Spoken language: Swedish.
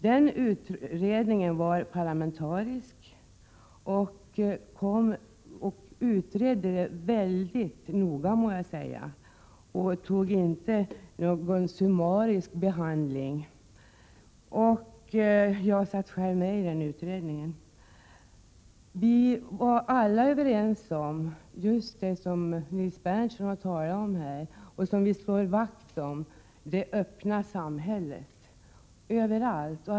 Denna utredning, som var parlamentarisk, utredde mycket noga, och det var inte någon summarisk behandling. Jag satt själv med i utredningen. Vi var alla överens om just det som Nils Berndtson har talat om — att vi skall slå vakt om det öppna samhället överallt.